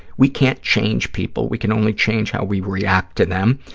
we can't change people. we can only change how we react to them,